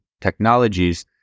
technologies